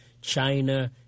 China